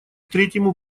третьему